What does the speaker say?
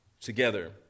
together